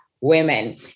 women